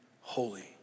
holy